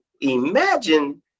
imagine